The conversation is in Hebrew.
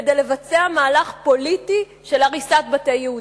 כדי לבצע מהלך פוליטי של הריסת בתי יהודים.